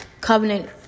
covenant